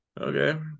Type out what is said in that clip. okay